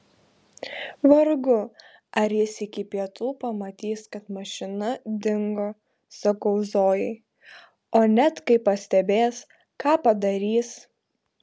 vargu ar jis iki pietų pamatys kad mašina dingo sakau zojai o net kai pastebės ką padarys